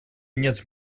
нет